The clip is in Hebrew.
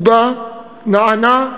הוא בא, נענה,